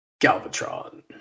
Galvatron